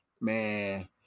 Man